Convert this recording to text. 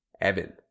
evan